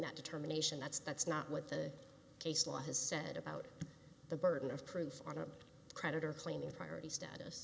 that determination that's that's not what the case law has said about the burden of proof on a creditor cleaning priority status